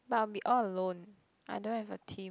but I'll be all alone I don't have a team